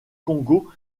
congo